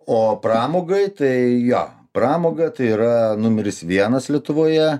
o pramogai tai jo pramoga tai yra numeris vienas lietuvoje